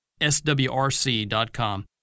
swrc.com